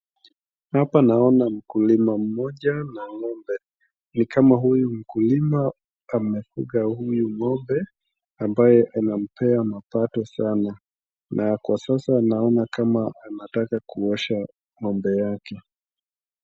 Hapa naona mkulima mmoja na ng'ombe. Ni kama huyu mkulima amefuga huyu ng'ombe ambaye anampea mapato sana. Na kwa sasa naona kama anataka kuosha ng'ombe yake.